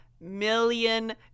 million